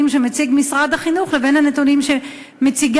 שמציג משרד החינוך לבין הנתונים שמציגה,